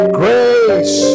grace